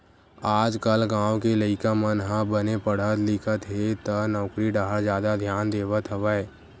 आजकाल गाँव के लइका मन ह बने पड़हत लिखत हे त नउकरी डाहर जादा धियान देवत हवय